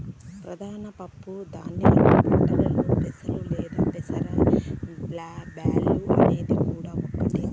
ప్రధాన పప్పు ధాన్యాల పంటలలో పెసలు లేదా పెసర బ్యాల్లు అనేది కూడా ఒకటి